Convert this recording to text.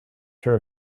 sure